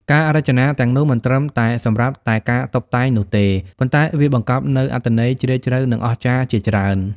ការរចនាទាំងនោះមិនត្រឹមតែសម្រាប់តែការតុបតែងនោះទេ ប៉ុន្តែវាបង្កប់នូវអត្ថន័យជ្រាលជ្រៅនិងអស្ចារ្យជាច្រើន។